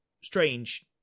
strange